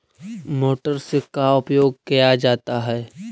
Motor से का उपयोग क्या जाता है?